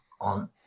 on